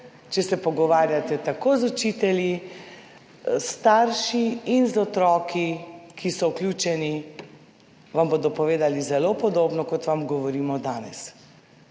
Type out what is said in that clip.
Če se pogovarjate tako z učitelji, starši in z otroki, ki so vključeni, vam bodo povedali zelo podobno, kot vam govorimo danes.